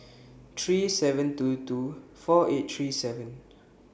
three seven two two four eight three seven